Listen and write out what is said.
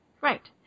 right